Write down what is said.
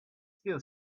still